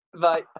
Bye